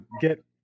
get